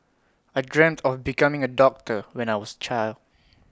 I dreamt of becoming A doctor when I was child